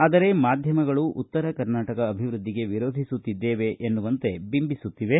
ಆದರೆ ಮಾಧ್ಯಮಗಳು ಉತ್ತರ ಕರ್ನಾಟಕ ಅಭಿವ್ವದ್ಲಿಗೆ ವಿರೋಧಿಸುತ್ತಿದ್ದೇವೆ ಎನ್ನುವಂತೆ ಬಿಂಬಿಸುತ್ತಿವೆ